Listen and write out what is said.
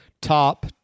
top